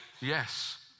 Yes